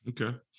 Okay